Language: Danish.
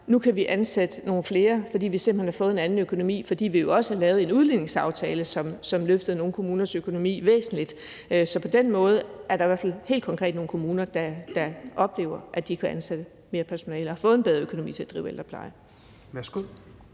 nu kan de ansætte nogle flere, fordi de simpelt hen har fået en anden økonomi, fordi vi jo også har lavet en udligningsaftale, som har løftet nogle kommuners økonomi væsentligt. Så på den måde er der i hvert fald helt konkret nogle kommuner, der oplever, at de kan ansætte mere personale og har fået en bedre økonomi til at drive ældrepleje.